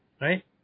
right